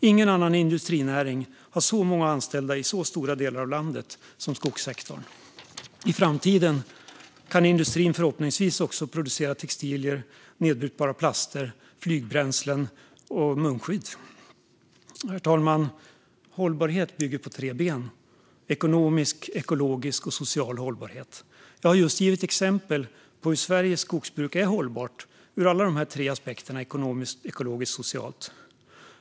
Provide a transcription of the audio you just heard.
Ingen annan industrinäring har så många anställda i så stora delar av landet som skogssektorn. I framtiden kan industrin förhoppningsvis också producera textilier, nedbrytbara plaster, flygbränslen och munskydd. Herr talman! Hållbarhet bygger på tre ben: ekonomisk, ekologisk och social hållbarhet. Jag har just givit exempel på hur Sveriges skogsbruk är hållbart ur alla dessa tre aspekter - ekonomiskt, ekologiskt och socialt.